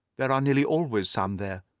there are nearly always some there.